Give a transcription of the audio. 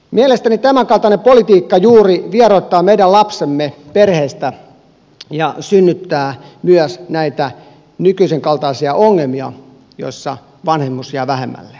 mielestäni juuri tämänkaltainen politiikka vieroittaa meidän lapsemme perheestä ja synnyttää myös näitä nykyisen kaltaisia ongelmia joissa vanhemmuus jää vähemmälle